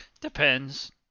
Depends